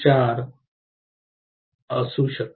04 असू शकते